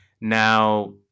Now